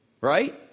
right